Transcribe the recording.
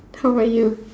how about you